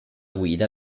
guida